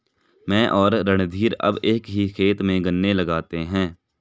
मैं और रणधीर अब एक ही खेत में गन्ने लगाते हैं